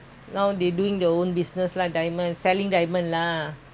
your mother can become model a not